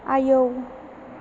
आयौ